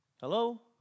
Hello